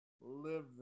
live